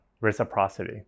reciprocity